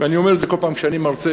ואני אומר את זה כל פעם כשאני מרצה